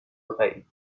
oreilles